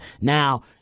Now